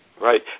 Right